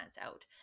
out